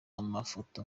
amafoto